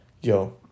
Yo